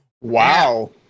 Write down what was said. Wow